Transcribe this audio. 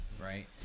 right